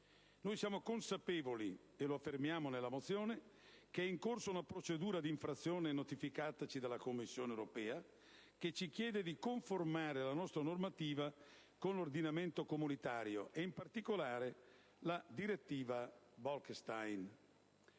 Noi siamo consapevoli - e lo affermiamo nella mozione - che è in corso la procedura d'infrazione notificataci dalla Commissione europea che ci chiede di conformare la nostra normativa con l'ordinamento comunitario, e in particolare con la direttiva Bolkestein.